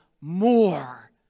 more